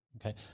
Okay